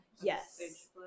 Yes